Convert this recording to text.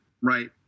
Right